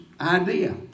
idea